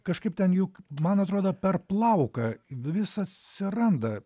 kažkaip ten juk man atrodo per plauką vis atsiranda